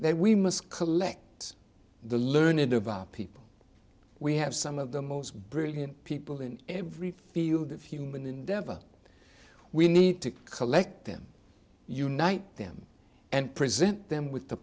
then we must collect the learned of our people we have some of the most brilliant people in every field of human endeavor we need to collect them unite them and present them with the